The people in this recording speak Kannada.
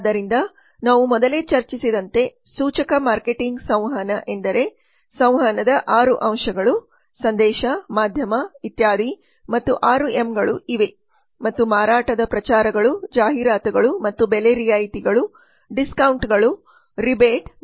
ಆದ್ದರಿಂದ ನಾವು ಮೊದಲೇ ಚರ್ಚಿಸಿದಂತೆ ಸೂಚಕ ಮಾರ್ಕೆಟಿಂಗ್ ಸಂವಹನ ಎಂದರೆ ಸಂವಹನದ ಆರು ಅಂಶಗಳು ಸಂದೇಶ ಮಾಧ್ಯಮ ಇತ್ಯಾದಿ ಮತ್ತು 6M ಗಳು ಇವೆ ಮತ್ತು ಮಾರಾಟದ ಪ್ರಚಾರಗಳು ಜಾಹೀರಾತುಗಳು ಮತ್ತು ಬೆಲೆ ರಿಯಾಯಿತಿಗಳು ಡಿಸ್ಕೌಂಟ್ಗಳು ರೀಬೇಟ ಮುಂತಾದ ಸಂವಹನದ ಆರು ಅಂಶಗಳಿವೆ